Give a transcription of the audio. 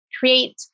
create